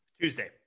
Tuesday